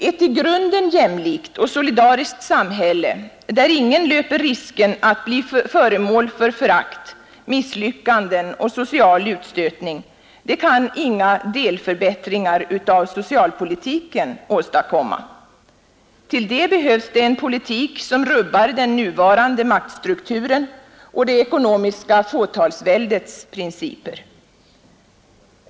Ett i grunden jämlikt och solidariskt samhälle där ingen löper risken att bli föremål för förakt, misslyckanden och social utstötning kan inga delförbättringar av socialpolitiken åstadkomma. Därtill behövs en politik som rubbar den nuvarande maktstrukturen och det ekonomiska fåtalsväldets principer.